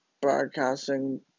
broadcasting